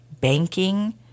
banking